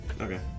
Okay